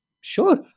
Sure